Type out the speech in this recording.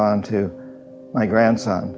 on to my grandson